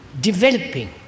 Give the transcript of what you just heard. developing